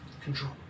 control